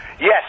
Yes